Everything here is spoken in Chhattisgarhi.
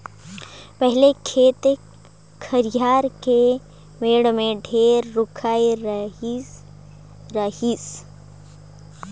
पहिले खेत खायर के मेड़ में ढेरे रूख राई रहिस